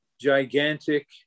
gigantic